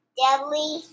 deadly